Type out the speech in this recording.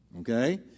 Okay